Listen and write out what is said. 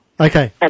Okay